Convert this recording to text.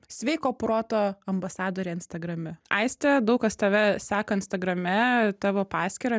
sveiko proto ambasadorė instagrame aiste daug kas tave seka instagrame tavo paskyrą